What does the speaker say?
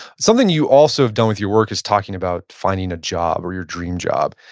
something you also have done with your work is talking about finding a job or your dream job.